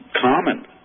Common